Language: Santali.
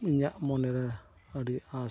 ᱤᱧᱟᱹᱜ ᱢᱚᱱᱮ ᱨᱮ ᱟᱹᱰᱤ ᱟᱸᱥ